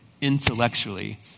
intellectually